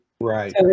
right